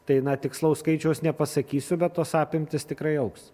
tai na tikslaus skaičiaus nepasakysiu bet tos apimtys tikrai augs